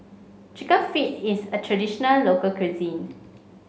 chicken feet is a traditional local cuisine